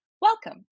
Welcome